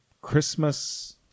Christmas